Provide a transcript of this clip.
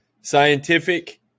scientific